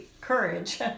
courage